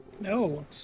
no